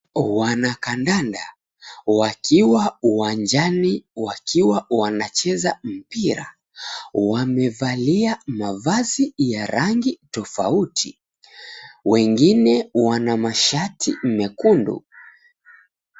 Wanakandanda wakiwa uwanjani wakiwa wanacheza mpira, wamevalia mavazi ya rangi tofauti. Wengine wana mashati mekundu.